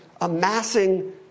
amassing